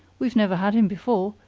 we've never had him before,